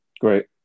Great